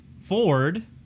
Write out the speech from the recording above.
Ford